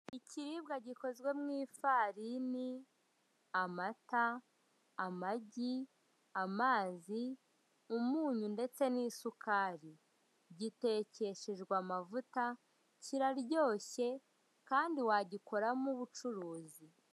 Ikiribwa gikozwe mu ifarini, amata, amagi, amazi, umunyu ndetse n'isukari, gitekeshejwe amavuta, kiraryoshye kandi wagikoramo ubucuruzi.